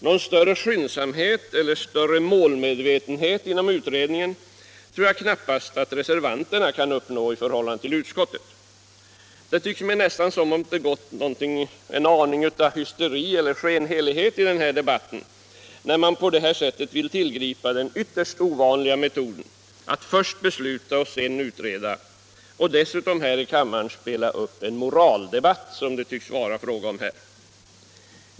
Jag tror knappast att reservanternas skrivning medför större skyndsamhet eller större målmedvetenhet inom utredningen än utskottets. Det tycks mig nästan som om det gått en aning hysteri eller skenhelighet i denna sak, eftersom man på detta sätt vill tillgripa den ytterst ovanliga metoden att först besluta och sedan utreda och dessutom spelar upp en moraldebatt här i kammaren.